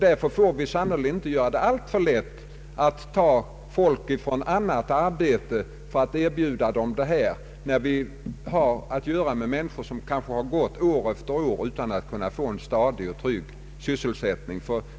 Därför får vi sannerligen inte göra det alltför lätt för folk att lämna ett arbete på en annan ort för att erbjuda dem arbete i den gamla hemorten. Det skulle kanske drabba människor som gått år efter år utan att kunna få en stadig och trygg sysselsättning.